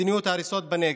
מדיניות ההריסות בנגב.